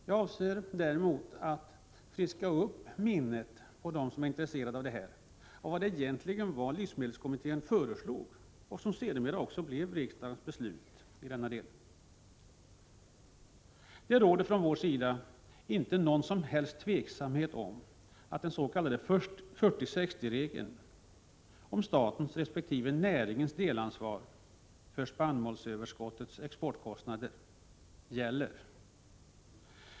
Jag avser däremot att friska upp minnet på dem som är intresserade av vad livsmedelskommittén egentligen föreslog och vad som sedermera blev riksdagens beslut i denna del. Det råder från vår sida inte något som helst tvivel om att den s.k. 40:60-regeln om statens resp. näringens delansvar för exportkostnaderna avseende spannmålsöverskottet gäller.